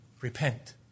repent